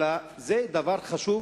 אלא זה דבר חשוב